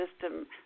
system